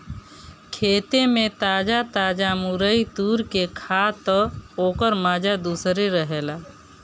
खेते में ताजा ताजा मुरई तुर के खा तअ ओकर माजा दूसरे रहेला